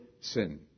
sin